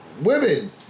women